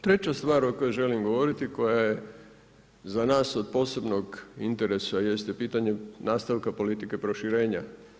Treća stvar o kojoj želim govoriti, koja je za nas od posebnog interesa jeste pitanje nastavka politike proširenja.